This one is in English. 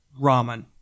ramen